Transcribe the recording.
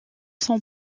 son